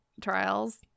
trials